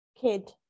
Kid